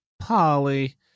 Polly